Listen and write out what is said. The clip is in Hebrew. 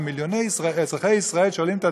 ומיליוני אזרחי ישראל שואלים את עצמם: